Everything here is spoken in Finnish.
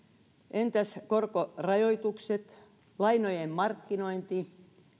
entäs korkorajoitukset lainojen markkinointi